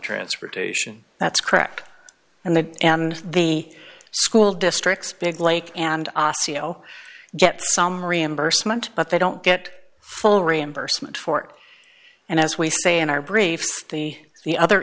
transportation that's correct and the and the school districts big lake and osseo get some reimbursement but they don't get full reimbursement forte and as we say in our briefs the the